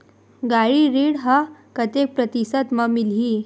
गाड़ी ऋण ह कतेक प्रतिशत म मिलही?